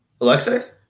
Alexei